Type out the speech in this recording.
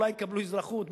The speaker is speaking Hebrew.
אולי יקבלו אזרחות,